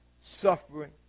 suffering